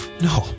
No